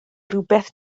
rywbeth